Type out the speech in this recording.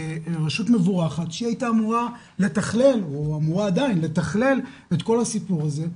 רשות מבורכת שהייתה או אמורה עדיין לתכלל את כל הסיפור הזה,